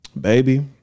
baby